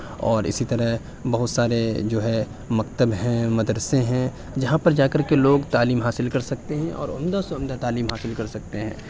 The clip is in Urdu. اور اسی طرح بہت سارے جو ہے مکتب ہیں مدرسے ہیں جہاں پر جا کر کے لوگ تعلیم حاصل کر سکتے ہیں اور عمدہ سے عمدہ تعلیم حاصل کر سکتے ہیں